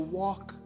walk